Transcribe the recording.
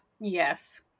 Yes